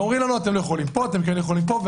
ואומרים להם אתם לא יכולים פה ואתם לא יכולים להיות פה.